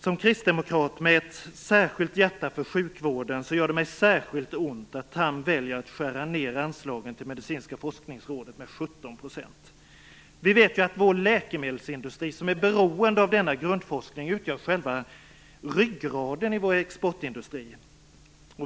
Som kristdemokrat med ett särskilt hjärta för sjukvården gör det mig ont att Tham väljer att skära ned anslagen till det medicinska forskningsrådet med 17 %. Vi vet ju att vår läkemedelsindustri som är beroende av denna grundforskning utgör själva ryggraden i vår exportindustri.